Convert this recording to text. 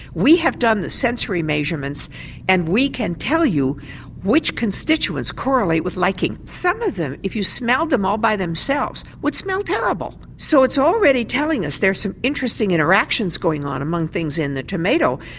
we have done the sensory measurements and we can tell you which constituents correlate with liking. some of them, if you smell them all by themselves, would smell terrible. so it's already telling us there's some interesting interactions going on among things in the tomato,